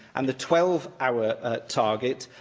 and the twelve hour target,